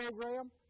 program